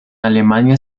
alemania